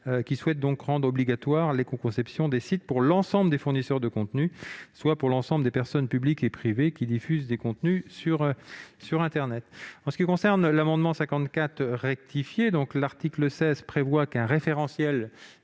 qui vise à rendre obligatoire l'écoconception des sites pour l'ensemble des fournisseurs de contenus, soit pour l'ensemble des personnes publiques et privées diffusant des contenus sur internet. En ce qui concerne l'amendement n° 54 rectifié, l'article 16 prévoit qu'un référentiel